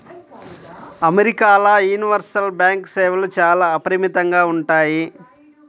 అమెరికాల universal bank సేవలు చాలా అపరిమితంగా ఉంటాయి